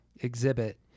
exhibit